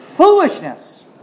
foolishness